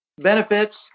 benefits